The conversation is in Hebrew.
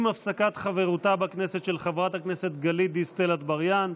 עם הפסקת חברותה בכנסת של חברת הכנסת גלית דיסטל אטבריאן,